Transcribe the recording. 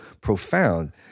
profound